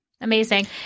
amazing